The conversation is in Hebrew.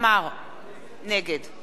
נגד ציון פיניאן,